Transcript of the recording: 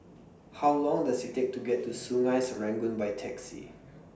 How Long Does IT Take to get to Sungei Serangoon By Taxi